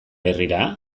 herrira